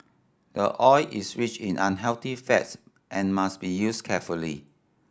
the oil is rich in unhealthy fats and must be used carefully